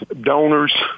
donors